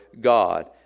God